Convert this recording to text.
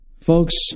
Folks